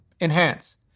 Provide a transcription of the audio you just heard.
enhance